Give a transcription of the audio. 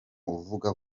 uvuga